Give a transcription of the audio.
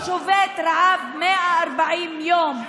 הוא שובת רעב 140 יום.